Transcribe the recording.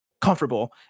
comfortable